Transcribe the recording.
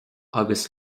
agus